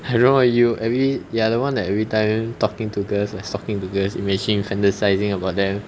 I don't know lah you every you're the one that every time talking to girls like stalking to girls imagine fantasising about them